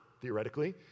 theoretically